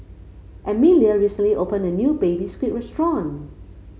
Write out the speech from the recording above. Emelie recently opened a new Baby Squid restaurant